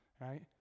right